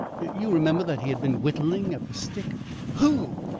you remember that he had been whittling at the stick who?